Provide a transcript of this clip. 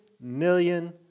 million